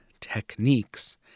techniques